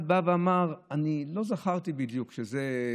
אחד בא ואמר: אני לא זכרתי בדיוק שזה,